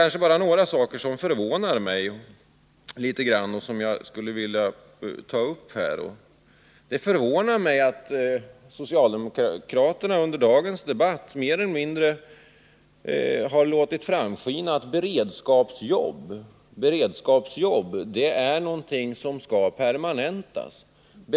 Det är bara några saker som förvånar mig, t.ex. att socialdemokraterna under dagens debatt mer eller mindre har låtit påskina att beredskapsjobb är någonting som skall permanentas.